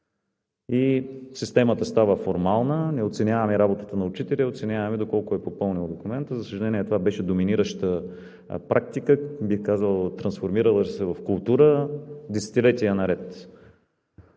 и системата става формална – не оценяваме работата на учителя, а оценяваме доколко е попълнил документа. За съжаление, това беше доминираща практика, бих казал, трансформирала се в култура, десетилетия наред.